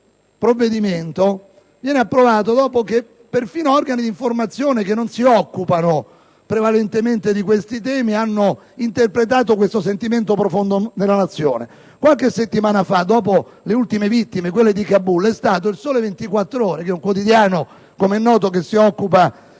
questo provvedimento viene approvato dopo che perfino organi di informazione che non si occupano prevalentemente di tali temi hanno interpretato questo sentimento profondo della Nazione. Qualche settimana fa, dopo le ultime vittime di Kabul, è stato il quotidiano "Il Sole 24 Ore", che notoriamente si occupa